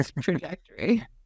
trajectory